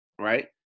Right